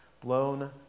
blown